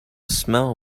smell